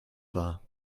war